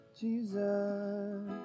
Jesus